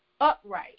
upright